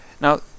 Now